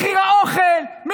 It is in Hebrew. מחיר האוכל,